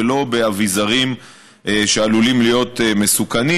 ולא באביזרים שעלולים להיות מסוכנים,